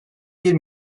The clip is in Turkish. bir